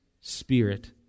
Spirit